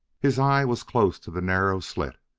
his eye was close to the narrow slit.